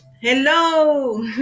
hello